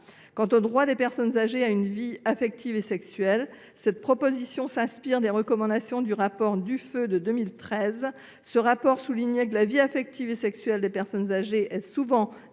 le droit des personnes âgées à une vie affective et sexuelle, cette disposition est inspirée des recommandations du rapport Duffeu de 2013. La vie affective et sexuelle des personnes âgées est souvent